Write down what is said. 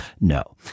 no